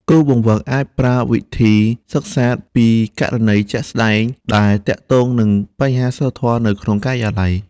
គ្រូបង្វឹកអាចប្រើវិធីសិក្សាពីករណីជាក់ស្តែងដែលទាក់ទងនឹងបញ្ហាសីលធម៌នៅក្នុងការិយាល័យ។